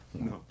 No